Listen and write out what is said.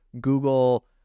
Google